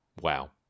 Wow